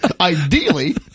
ideally